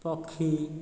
ପକ୍ଷୀ